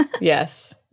yes